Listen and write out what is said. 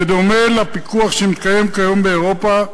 בדומה לפיקוח שמתקיים כיום באירופה,